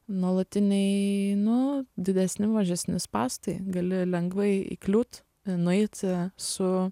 nuolatiniai nu didesni mažesni spąstai gali lengvai įkliūt nueit su